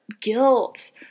guilt